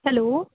hello